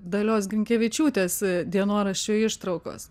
dalios ginkevičiūtės dienoraščio ištraukos